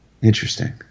Interesting